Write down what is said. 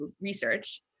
research